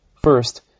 First